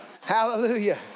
Hallelujah